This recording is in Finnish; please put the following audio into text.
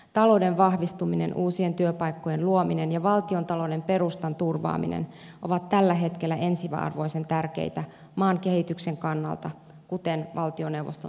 talouden vahvistuminen uusien työpaikkojen luominen ja valtiontalouden perustan turvaaminen ovat tällä hetkellä ensiarvoisen tärkeitä maan kehityksen kannalta kuten valtioneuvoston selonteossakin todetaan